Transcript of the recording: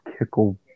kickle